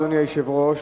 אדוני היושב-ראש,